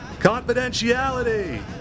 Confidentiality